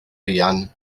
fuan